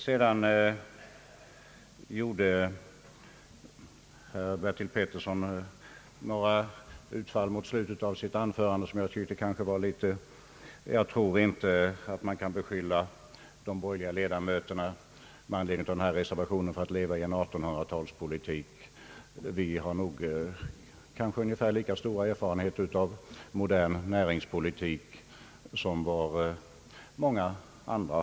Herr Bertil Petersson gjorde i slutet av sitt anförande några utfall mot oppositionen. Jag tror inte att man kan beskylla de borgerliga ledamöterna med anledning av reservationen för att föra en 1800-talspolitik. Vi har nog ungefär lika stora erfarenheter av modern näringspolitik som många andra.